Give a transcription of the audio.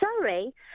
sorry